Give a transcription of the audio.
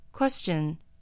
Question